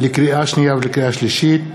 לקריאה שנייה ולקריאה שלישית: